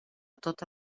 tota